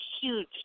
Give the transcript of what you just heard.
huge